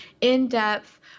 in-depth